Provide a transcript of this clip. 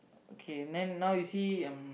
okay then now you see um